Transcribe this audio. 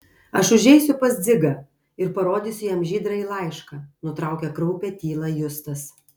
aš užeisiu pas dzigą ir parodysiu jam žydrąjį laišką nutraukė kraupią tylą justas